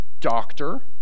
doctor